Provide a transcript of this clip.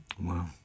Wow